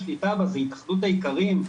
שבעלת השליטה בה זה התאחדות האיכרים,